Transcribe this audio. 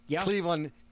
Cleveland